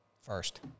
first